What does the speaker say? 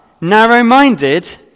narrow-minded